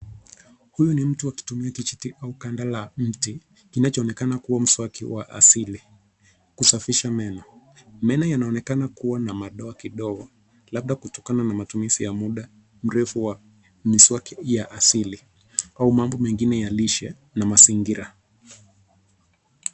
Huyu ni mtu akitumia kijiti au kandala la mti inachoonekana kuwa mswaki wa asili kusafisha meno. Meno yanaonekana kuwa na madoa kidogo labda kutokana na matumizi ya muda mrefu wa miswaki ya asili au mambo mengine ya lishe na mazingira.